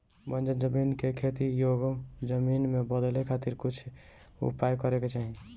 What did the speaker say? बंजर जमीन के खेती योग्य जमीन में बदले खातिर कुछ उपाय करे के चाही